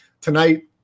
tonight